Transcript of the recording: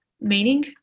meaning